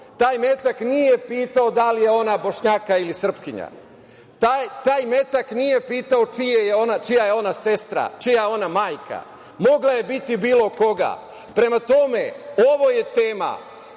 Taj metak nije pitao da li je ona Bošnjakinja ili Srpkinja, taj metak nije pitao čija je ona sestra, čija je ona majka, mogla je biti bilo koga. Prema tome, ovo je tema